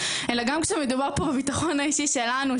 אלא גם כשמדובר פה בבטחון האישי שלנו,